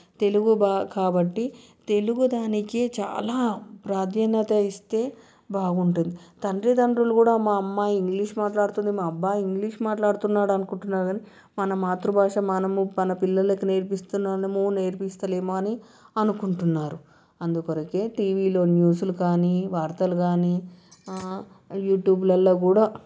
తెలుగు భా కాబట్టి తెలుగు దానికి చాలా ప్రాధాన్యత ఇస్తే బాగుంటుంది తల్లితండ్రులు కూడా మా అమ్మాయి ఇంగ్లీష్ మాట్లాడుతుంది మా అబ్బాయి ఇంగ్లీష్ మాట్లాడుతున్నాడు అని అనుకుంటారు కాని మనం మాతృభాష మానము మన పిల్లలకు నేర్పిస్తున్నాము నేర్పించలేమో అని అనుకుంటున్నారు అందుకొరకే టీవీలో న్యూస్లు కానీ వార్తలు కానీ యూట్యూబ్లలో కూడా